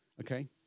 okay